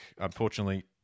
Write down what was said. unfortunately